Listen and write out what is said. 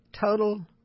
total